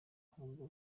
kubwo